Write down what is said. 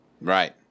Right